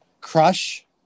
Crush